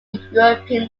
european